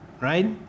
right